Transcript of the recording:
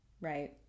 Right